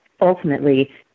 ultimately